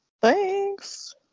Thanks